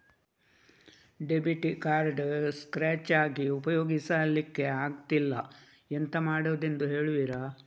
Debit card scratch ಆಗಿ ಉಪಯೋಗಿಸಲ್ಲಿಕ್ಕೆ ಆಗ್ತಿಲ್ಲ, ಎಂತ ಮಾಡುದೆಂದು ಹೇಳುವಿರಾ?